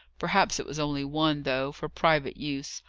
perhaps it was only one, though, for private use.